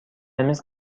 میز